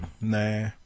nah